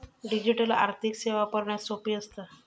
digital आर्थिक सेवा वापरण्यास सोपी असता